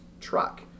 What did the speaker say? truck